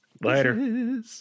Later